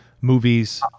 movies